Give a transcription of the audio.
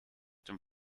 dem